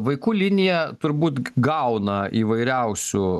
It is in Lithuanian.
vaikų linija turbūt gauna įvairiausių